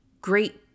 great